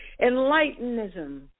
Enlightenism